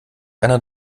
einer